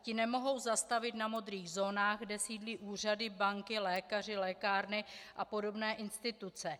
Ti nemohou zastavit na modrých zónách, kde sídlí úřady, banky, lékaři, lékárny a podobné instituce.